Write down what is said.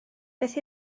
beth